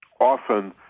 Often